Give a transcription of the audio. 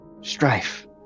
strife